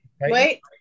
Wait